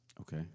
Okay